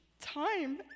time